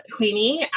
Queenie